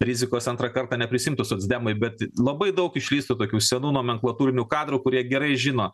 rizikos antrą kartą neprisiimtų socdemai bet labai daug išlįs tų tokių senų nomenklatūrinių kadrų kurie gerai žino